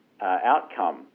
outcome